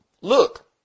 Look